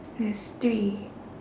there's three